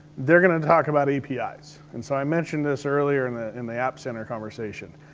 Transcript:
they're gonna talk about apis, and so i mentioned this earlier in ah in the app center conversation.